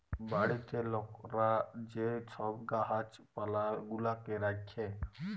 বাড়িতে লকরা যে ছব গাহাচ পালা গুলাকে রাখ্যে